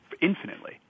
infinitely